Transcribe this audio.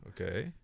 Okay